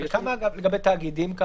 כמה הליכים יש לגבי תאגידים?